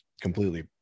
completely